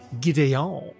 Gideon